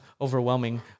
overwhelming